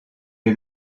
est